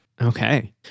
Okay